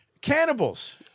Cannibals